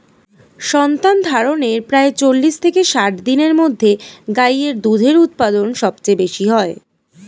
সন্তানধারণের প্রায় চল্লিশ থেকে ষাট দিনের মধ্যে গাই এর দুধের উৎপাদন সবচেয়ে বেশী হয়